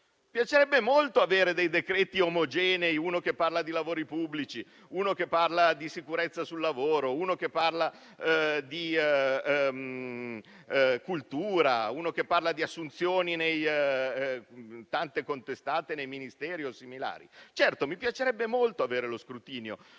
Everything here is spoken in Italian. Mi piacerebbe molto avere decreti omogenei, uno che parla di lavori pubblici, uno che parla di sicurezza sul lavoro, uno che parla di cultura e uno che parla di assunzioni nei tanto contestati Ministeri. Certo, mi piacerebbe molto avere lo scrutinio,